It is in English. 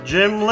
Jim